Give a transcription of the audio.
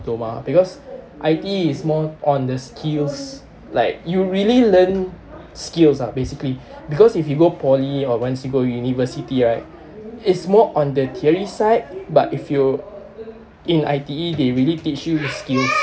~ploma because I_T_E is more on the skills like you really learn skills ah basically because if you go poly or once you go university right it's more on the theory side but if you in I_T_E they really teach you skills